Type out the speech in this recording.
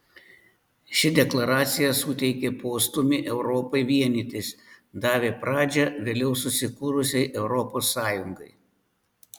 ši deklaracija suteikė postūmį europai vienytis davė pradžią vėliau susikūrusiai europos sąjungai